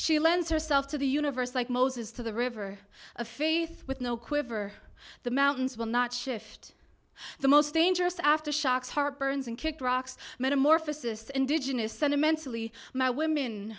she lends herself to the universe like moses to the river of faith with no quiver the mountains will not shift the most dangerous aftershocks heart burns and kick rocks metamorphosis indigenous sentimental ie my women